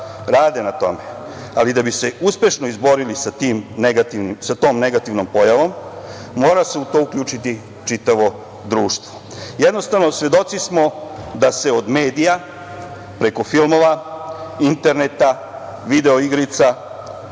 rade na tome, ali da bi se uspešno izborili sa tom negativnom pojavom mora se u to uključiti čitavo društvo. Jednostavno, svedoci smo da se od medija preko filmova, interneta, video-igrica,